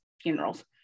funerals